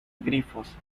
grifos